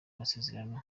masezerano